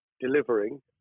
delivering